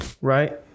right